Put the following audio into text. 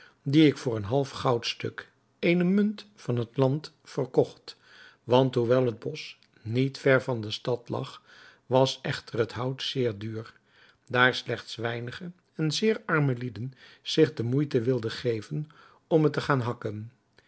dien ik voor een half goudstuk eene munt van dat land verkocht want hoewel het bosch niet ver van de stad lag was echter het hout zeer duur daar slechts weinige en zeer arme lieden zich de moeite wilden geven om het te gaan hakken